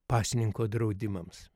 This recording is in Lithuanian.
pasninko draudimams